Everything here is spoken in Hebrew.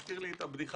את יודעת על מקרה כלשהו